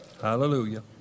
Hallelujah